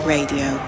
Radio